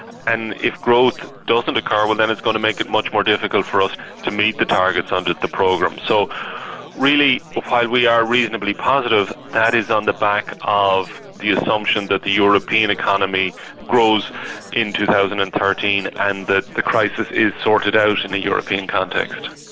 and if growth doesn't occur, well then it's going to make it much more difficult for us to meet the targets under the program. so really while we are reasonably positive, that is on the back of the assumption that the european economy grows in two thousand and thirteen and that the crisis is sorted out in a european context.